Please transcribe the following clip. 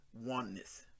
oneness